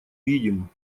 видим